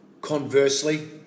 Conversely